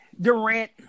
Durant